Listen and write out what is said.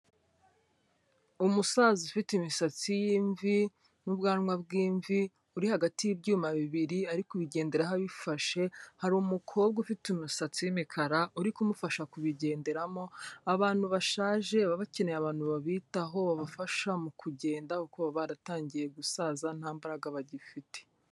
Umusaza ufite imisatsi y'imvi n'ubwanwa bw'imvi uri hagati y'ibyuma bibiri ari kubigenderaho abifashe, hari umukobwa ufite umusatsi w'imikara uri kumufasha kubigenderamo, abantu bashaje baba bakeneye abantu babitaho babafasha mu kugenda kuko baba baratangiye gusaza nta mbaraga bagifite.